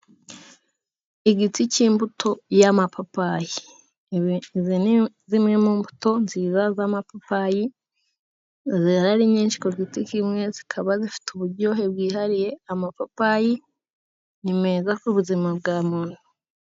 Igiti cy'imbuto y'amapapayi ni zimwe mu mbuto nziza z'amapapayi zihari nyinshi ku giti kimwe zikaba zifite uburyohe bwihariye. Amapapayi ni meza ku buzima bwa muntu.